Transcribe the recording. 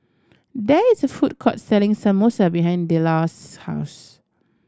there is a food court selling Samosa behind Delos' house